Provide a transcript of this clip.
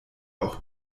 auch